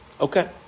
Okay